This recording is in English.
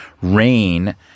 Rain